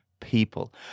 people